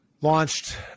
launched